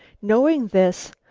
knowing this,